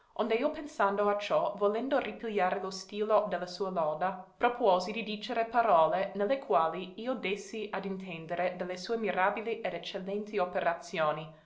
onde io pensando a ciò volendo ripigliare lo stilo de la sua loda propuosi di dicere parole ne le quali io dessi ad intendere de le sue mirabili ed eccellenti operazioni